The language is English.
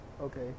okay